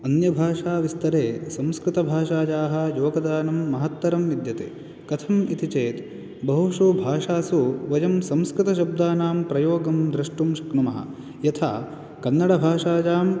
अन्यभाषाविस्तरे संस्कृतभाषायाः योगदानं महत्तरं विद्यते कथम् इति चेत् बहुषु भाषासु वयं संस्कृतशब्दानां प्रयोगं द्रष्टुं शक्नुमः यथा कन्नडभाषायां